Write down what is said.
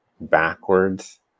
backwards